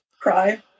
Cry